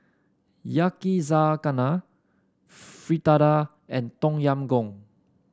Yakizakana Fritada and Tom Yam Goong